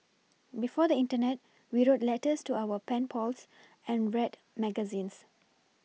before the Internet we wrote letters to our pen pals and read magazines